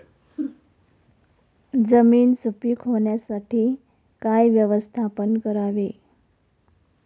जमीन सुपीक होण्यासाठी काय व्यवस्थापन करावे?